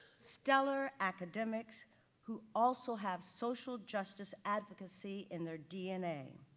stellar academics who also have social justice advocacy in their dna.